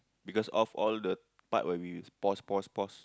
because off all the part where we pause pause pause